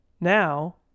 Now